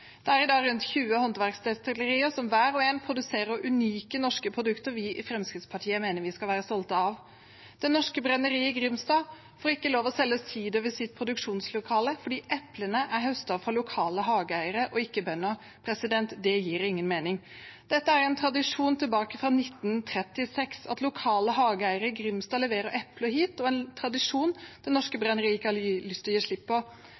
Det er i dag rundt 20 håndverksdestillerier som hver og en produserer unike norske produkter vi i Fremskrittspartiet mener vi skal være stolte av. Det Norske Brenneri i Grimstad får ikke lov til å selge sider ved sitt produksjonslokale fordi eplene er høstet fra lokale hageeiere og ikke bønder. Det gir ingen mening. Det er tradisjon tilbake til 1936 at lokale hageeiere i Grimstad leverer epler hit, og en tradisjon som Det Norske Brenneri ikke har lyst til å gi slipp